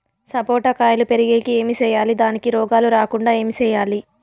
సపోట కాయలు పెరిగేకి ఏమి సేయాలి దానికి రోగాలు రాకుండా ఏమి సేయాలి?